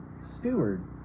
steward